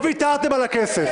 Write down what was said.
--- לא אתן לזה לקרות.